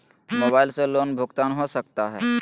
Mobile से loan भुगतान हो सकता है?